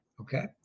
okay